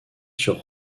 sur